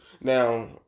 now